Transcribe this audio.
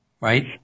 right